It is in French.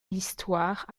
l’histoire